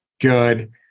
good